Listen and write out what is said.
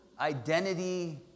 identity